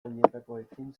oinetakoekin